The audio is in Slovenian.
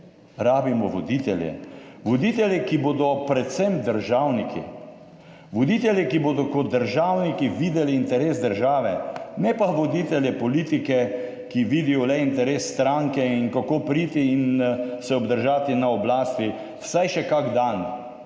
rabimo voditelje. Voditelje, ki bodo predvsem državniki, voditelje, ki bodo kot državniki videli interes države, ne pa voditelje, politike, ki vidijo le interes stranke in kako priti in se obdržati na oblasti vsaj še kak dan,